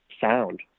sound